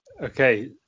Okay